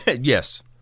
Yes